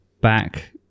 back